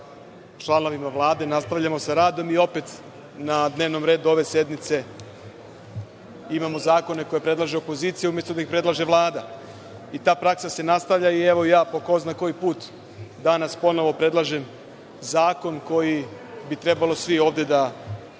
članovima Vlade, nastavljamo sa radom i opet na dnevnom redu ove sednice imamo zakone koje predlaže opozicija, umesto da ih predlaže Vlada. Ta praksa se nastavlja i evo ja po ko zna koji put danas ponovo predlažem zakon koji bi trebalo svi ovde da